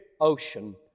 Ocean